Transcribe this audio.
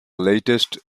latest